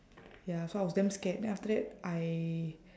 ya so I was damn scared then after that I